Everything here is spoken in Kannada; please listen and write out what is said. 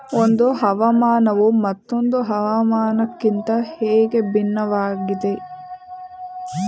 ಒಂದು ಹವಾಮಾನವು ಮತ್ತೊಂದು ಹವಾಮಾನಕಿಂತ ಹೇಗೆ ಭಿನ್ನವಾಗಿದೆ?